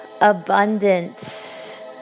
abundant